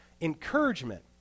encouragement